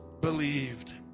believed